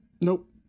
nope